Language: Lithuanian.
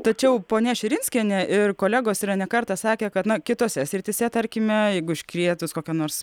tačiau ponia širinskienė ir kolegos yra ne kartą sakę kad na kitose srityse tarkime jeigu iškvietus kokią nors